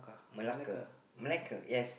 Malacca Melaka yes